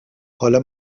حالا